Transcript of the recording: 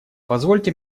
позвольте